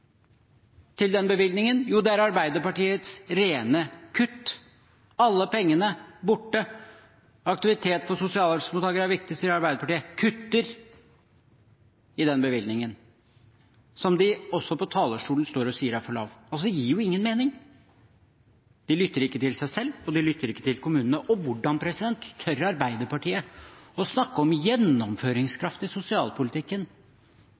til den bevilgningen? Jo, det er Arbeiderpartiets rene kutt – alle pengene borte. Aktivitets- og sosialhjelpsmottakere er viktige, sier Arbeiderpartiet – de kutter i den bevilgningen, som de også på talerstolen står og sier er for lav. Det gir jo ingen mening. De lytter ikke til seg selv, og de lytter ikke til kommunene. Og hvordan tør Arbeiderpartiet å snakke om